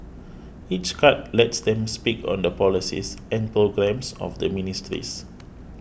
each cut lets them speak on the policies and programmes of the ministries